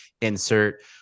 insert